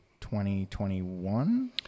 2021